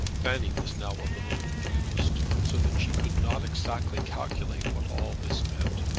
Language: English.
fanny was now a little confused, so that she could not exactly calculate what all this meant.